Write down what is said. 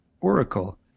Oracle